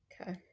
Okay